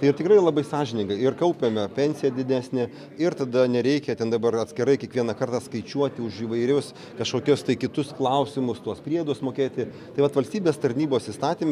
ir tikrai labai sąžininga ir kaupiama pensija didesnė ir tada nereikia ten dabar atskirai kiekvieną kartą skaičiuoti už įvairius kažkokius tai kitus klausimus tuos priedus mokėti tai vat valstybės tarnybos įstatyme